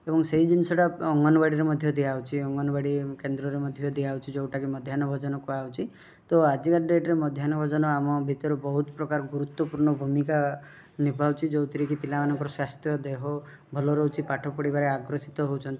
ଏବଂ ସେଇ ଜିନିଷଟା ଅଙ୍ଗନବାଡ଼ିରେ ମଧ୍ୟ ଦିଆ ହେଉଛି ଅଙ୍ଗନବାଡ଼ି କେନ୍ଦ୍ରରେ ମଧ୍ୟ ଦିଆ ହେଉଛି ଯେଉଁଟାକି ମଧ୍ୟାହ୍ନ ଭୋଜନ କୁହା ହେଉଛି ତ ଆଜିକା ଡେଟ୍ରେ ମଧ୍ୟାହ୍ନ ଭୋଜନ ଆମ ଭିତରେ ବହୁତ ପ୍ରକାର ଗୁରୁତ୍ୱପୂର୍ଣ୍ଣ ଭୂମିକା ନିଭାଉଛି ଯେଉଁଥିରେକି ପିଲାମାନଙ୍କର ସ୍ୱାସ୍ଥ୍ୟ ଦେହ ଭଲ ରହୁଛି ପାଠ ପଢ଼ିବାରେ ଅଗ୍ରସିତ ହେଉଛନ୍ତି